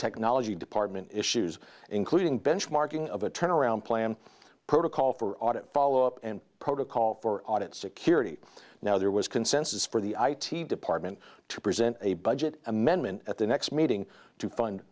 technology department issues including benchmarking of a turnaround plan protocol for audit follow up and protocol for audit security now there was consensus for the i t department to present a budget amendment at the next meeting to fund